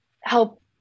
help